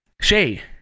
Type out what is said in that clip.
Shay